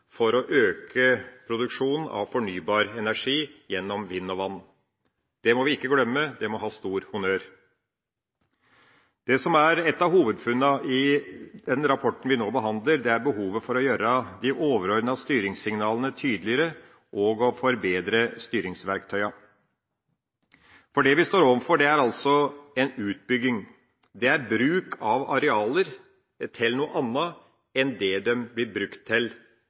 for å øke produksjonen av fornybar energi gjennom vind og vann. Det må vi ikke glemme, det må ha stor honnør. Det som er et av hovedfunnene i den rapporten vi nå behandler, er behovet for å gjøre de overordnede styringssignalene tydeligere og å forbedre styringsverktøyene. For det vi står overfor, er en utbygging. Det er bruk av arealer til noe annet enn det de blir brukt til